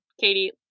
Katie